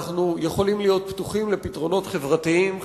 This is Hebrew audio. אנחנו יכולים להיות פתוחים לפתרונות חברתיים חדשים,